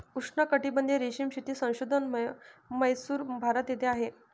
उष्णकटिबंधीय रेशीम शेती संशोधन म्हैसूर, भारत येथे आहे